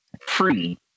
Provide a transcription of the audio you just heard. free